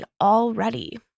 already